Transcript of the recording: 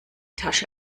tasche